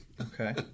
Okay